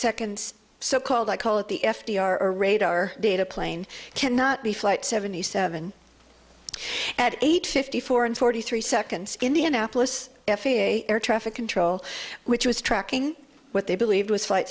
seconds so called i call it the f d r radar data plane cannot be flight seventy seven at age fifty four and forty three seconds indianapolis f a a air traffic control which was tracking what they believed was flight